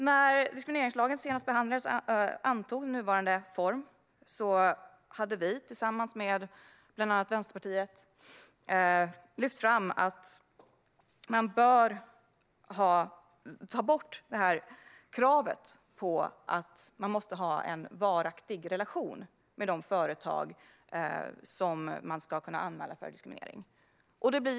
När diskrimineringslagen senast behandlades och antog nuvarande form hade vi tillsammans med bland annat Vänsterpartiet lyft fram att kravet på en varaktig relation med de företag som anmäls för diskriminering bör tas bort.